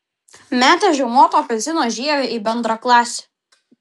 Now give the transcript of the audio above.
metė žiaumoto apelsino žievę į bendraklasį